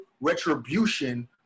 retribution